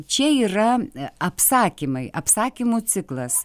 čia yra apsakymai apsakymų ciklas